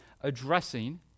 addressing